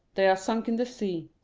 they are sunk in the sea.